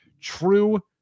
true